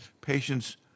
Patients